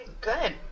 good